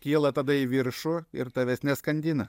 kyla tada į viršų ir tavęs neskandina